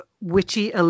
witchy